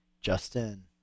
Justin